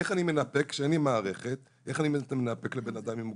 איך אני מנפק העתק מרשם ידני כשאין לי מערכת לאדם עם מוגבלות?